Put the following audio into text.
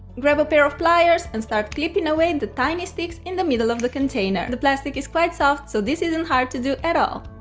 grab a pair of pliers and start clipping away the tiny sticks in the middle of the container. the plastic is quite soft so this isn't hard to do at all.